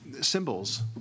symbols